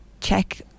check